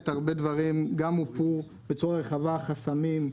יש הרבה דברים גם מופו בצורה רחבה חסמים,